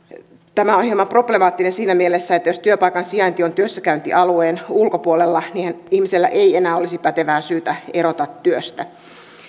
tämä on hieman problemaattista siinä mielessä että jos työpaikan sijainti on työssäkäyntialueen ulkopuolella niin ihmisellä ei enää olisi pätevää syytä erota työstä